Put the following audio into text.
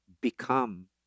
become